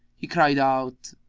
he cried out,